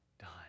done